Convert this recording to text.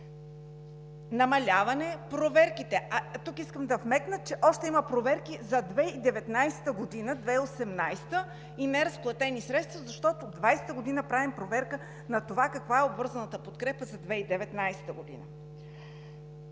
намаляване на проверките… Тук искам да вметна, че още има проверки за 2019 г., за 2018-а и неразплатени средства, защото в 2020 г. правим проверка на това каква е обвързаната подкрепа за 2019 г.